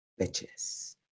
bitches